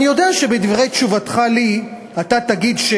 ואני אתן כמה דוגמאות.